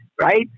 right